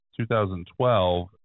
2012